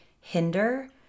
hinder